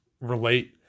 relate